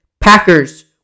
Packers